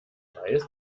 weiß